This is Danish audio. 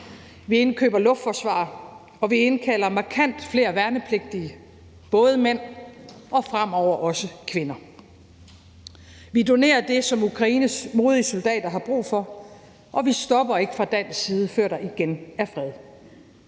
Vi indkøber luftforsvar, og vi indkalder markant flere værnepligtige – mænd og fremover også kvinder. Vi donerer det, som Ukraines modige soldater har brug for, og vi stopper ikke fra dansk side, før der igen er fred.